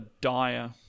dire